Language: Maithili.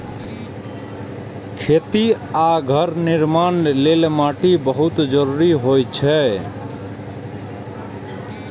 खेती आ घर निर्माण लेल माटि बहुत जरूरी होइ छै